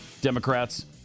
Democrats